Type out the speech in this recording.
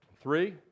Three